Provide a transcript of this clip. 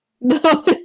No